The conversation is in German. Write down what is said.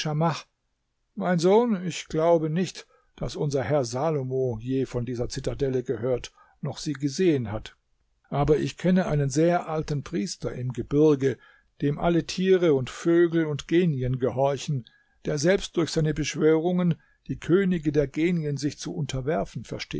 mein sohn ich glaube nicht daß unser herr salomo je von dieser zitadelle gehört noch sie gesehen hat aber ich kenne einen sehr alten priester im gebirge dem alle tiere und vögel und genien gehorchen der selbst durch seine beschwörungen die könige der genien sich zu unterwerfen